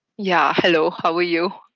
yeah hello, how are you.